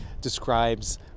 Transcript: describes